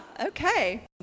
Okay